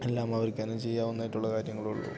എല്ലാം അവർക്ക് തന്നെ ചെയ്യാവുന്നതായിട്ടുള്ള കാര്യങ്ങളേ ഉള്ളൂ